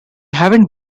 haven’t